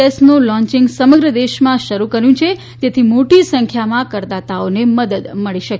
ડેસ્કનું launching સમગ્ર દેશમાં શરૂ કર્યું છે જેથી મોટી સંખ્યામાં કરદાતાઓને મદદ મળી શકે